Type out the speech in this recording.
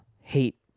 hate